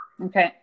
Okay